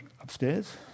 upstairs